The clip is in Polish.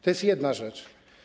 To jest jedna rzecz.